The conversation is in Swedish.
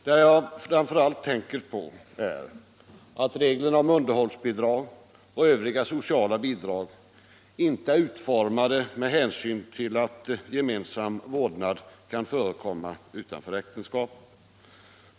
Det jag framför allt tänker på är att reglerna om underhållsbidrag och övriga sociala bidrag inte är utformade med hänsyn till att gemensam vårdnad kan förekomma utanför äktenskapet.